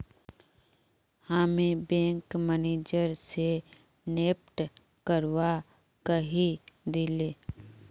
हामी bank manager स NEFT करवा कहइ दिले